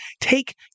take